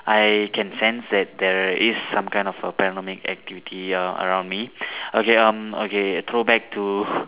I can sense that there is some kind of a panoramic activity err around me okay um okay throw back to